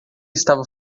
estava